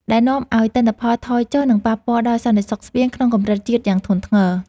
ដែលនាំឱ្យទិន្នផលចុះថយ និងប៉ះពាល់ដល់សន្តិសុខស្បៀងក្នុងកម្រិតជាតិយ៉ាងធ្ងន់ធ្ងរ។